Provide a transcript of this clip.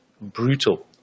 brutal